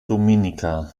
dominica